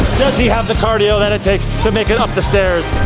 does he have the cardio that it takes to make it up the stairs.